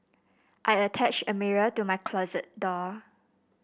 I attached a mirror to my closet door